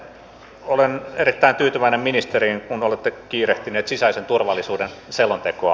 sitten olen erittäin tyytyväinen ministeriin kun olette kiirehtinyt sisäisen turvallisuuden selontekoa